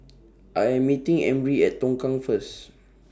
I Am meeting Emry At Tongkang First